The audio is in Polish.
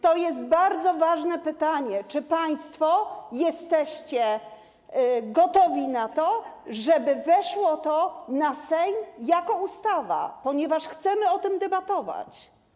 To jest bardzo ważne pytanie, czy państwo jesteście gotowi na to, żeby to weszło na posiedzenie Sejmu jako ustawa, ponieważ chcemy o tym debatować.